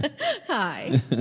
Hi